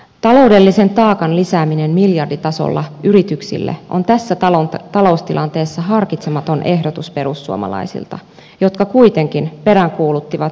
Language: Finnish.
taloudellisen taakan lisääminen miljarditasolla yrityksille on tässä taloustilanteessa harkitsematon ehdotus perussuomalaisilta jotka kuitenkin peräänkuuluttivat työllisyyden lisäämistä